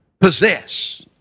possess